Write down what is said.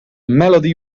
melody